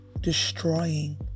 destroying